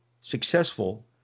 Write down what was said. successful